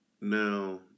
now